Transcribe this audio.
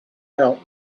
out